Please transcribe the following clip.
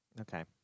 Okay